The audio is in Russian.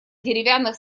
деревянных